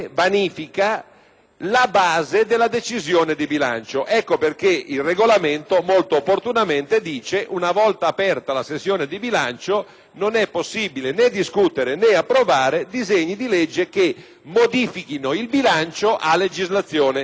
la base della decisione di bilancio. Ecco perché il Regolamento, molto opportunamente, prevede che, una volta aperta la sessione di bilancio, non è possibile, né discutere, né approvare disegni di legge che modifichino il bilancio a legislazione vigente.